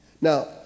Now